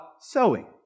sewing